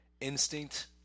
instinct